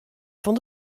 fan